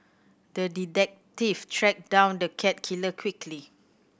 the detective tracked down the cat killer quickly